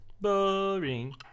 Boring